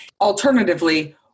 Alternatively